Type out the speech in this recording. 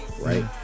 Right